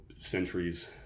centuries